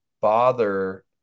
bother